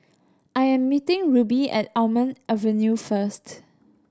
I am meeting Rubye at Almond Avenue first